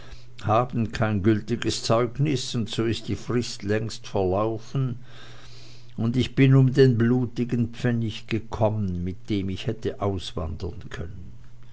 haben kein gültiges zeugnis und so ist die frist längst verlaufen und ich bin um den blutigen pfennig gekommen mit dem ich hätte auswandern können